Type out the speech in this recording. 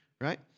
right